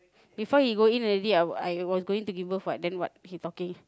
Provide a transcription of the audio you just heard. before he go in already I I was going to give her hug then what he talking